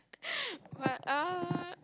but uh